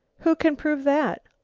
who can prove that?